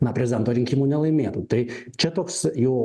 na prezidento rinkimų nelaimėtų tai čia toks jo